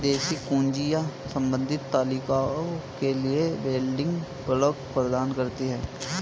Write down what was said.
विदेशी कुंजियाँ संबंधित तालिकाओं के लिए बिल्डिंग ब्लॉक प्रदान करती हैं